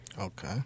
Okay